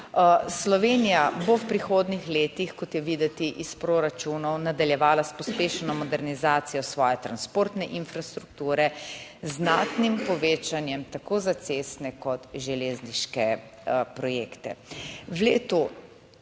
Slovenija bo v prihodnjih letih, kot je videti iz proračunov, nadaljevala s pospešeno modernizacijo svoje transportne infrastrukture z znatnim povečanjem tako za cestne kot železniške projekte. V letu